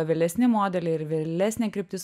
vėlesni modeliai ir vėlesnė kryptis